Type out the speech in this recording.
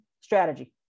strategy